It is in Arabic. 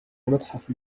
المتحف